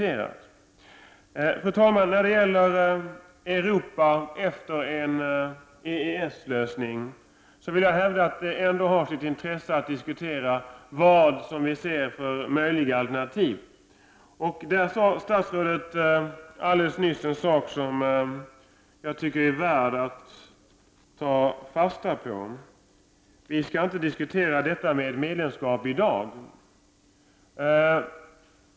Fru talman! När det gäller situationen i Europa efter en EES-lösning vill jag ändå hävda att det är av intresse att diskutera vilka alternativ som vi ser som möjliga. Statsrådet sade alldeles nyss något som jag tycker är värt att ta fasta på. Hon sade: Vi skall inte diskutera detta med medlemskap i dag.